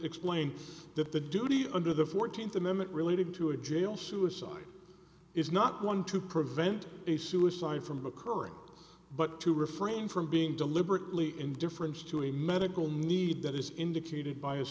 explained that the duty under the fourteenth amendment related to a jail suicide is not one to prevent a suicide from occurring but to refrain from being deliberately indifference to a medical need that is indicated b